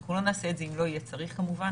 אנחנו לא נעשה את זה אם לא יהיה צורך, כמובן.